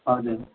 हजुर